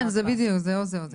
כן, בדיוק, זה או זה או זה.